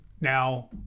now